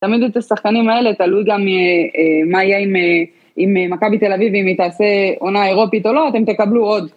תמיד את השחקנים האלה, תלוי גם מה יהיה עם מכבי תל אביב, אם היא תעשה עונה אירופית או לא, אתם תקבלו עוד.